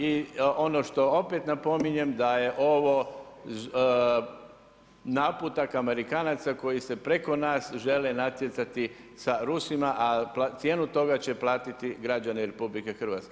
I ono što opet napominjem da je ovo naputak Amerikanaca koji se preko nas žele natjecati sa Rusima, a cijenu toga će platiti građani RH.